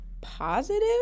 positive